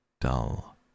dull